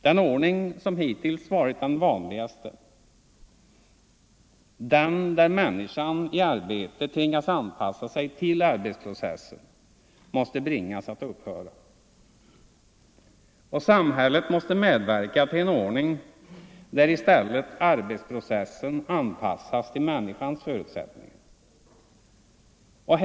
Den ordning som hittills varit den vanligaste, den där människan i arbete tvingas anpassa sig till arbetsprocessen, måste bringas att upphöra, och samhället måste medverka till en ordning där arbetsprocessen i stället anpassas till människans förutsättningar.